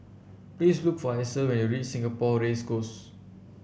please look for Hasel when you reach Singapore Race Course